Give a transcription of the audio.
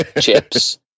chips